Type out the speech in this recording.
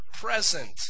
present